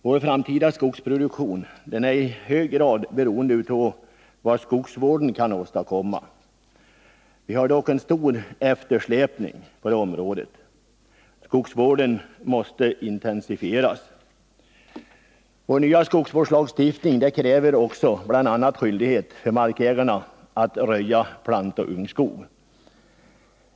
Vår framtida skogsproduktion är i hög grad beroende av vad skogsvården kan åstadkomma. Vi har dock en stor eftersläpning på detta område. Skogsvården måste intensifieras. Vår nya skogsvårdslagstiftning innebär bl.a. skyldighet för markägarna att röja plantoch ungskog.